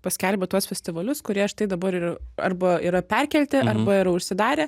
paskelbė tuos festivalius kurie štai dabar yra arba yra perkelti arba yra užsidarę